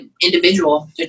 individual